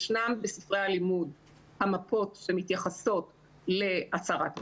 ישנם בספרי הלימוד המפות שמתייחסות להצהרת בלפור,